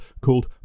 called